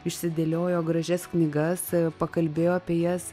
išsidėliojo gražias knygas pakalbėjo apie jas